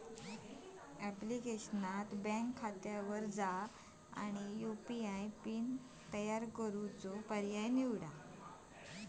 ऍप्लिकेशनात बँक खात्यावर जा आणि यू.पी.आय पिन तयार करा ह्यो पर्याय निवडा